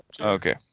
Okay